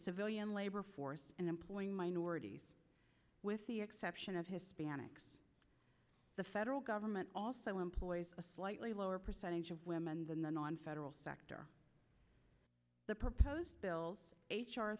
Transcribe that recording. civilian labor force and employing minorities with the exception of hispanics the federal government also employs a slightly lower percentage of women than the nonfederal sector the proposed bill